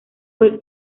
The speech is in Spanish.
fue